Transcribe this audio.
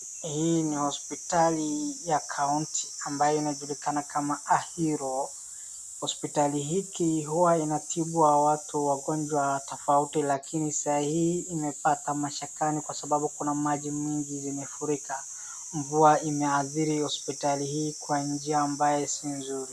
Hii ni hospitali ya kaunti ambayo inajulikana kama Ahiro. Hospitali hiki huwa inatibu watu wagonjwa tofauti lakini saa hii imepata mashakani kwa sababu kuna maji mingi zimefurika. Mvua imeadhiri hospitali hii kwa njia ambayo si nzuri